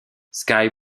sky